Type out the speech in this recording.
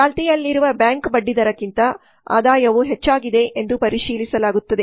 ಚಾಲ್ತಿಯಲ್ಲಿರುವ ಬ್ಯಾಂಕ್ ಬಡ್ಡಿದರಕ್ಕಿಂತ ಆದಾಯವು ಹೆಚ್ಚಾಗಿದೆ ಎಂದು ಪರಿಶೀಲಿಸಲಾಗುತ್ತದೆ